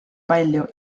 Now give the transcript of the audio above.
palju